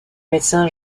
médecin